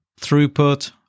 Throughput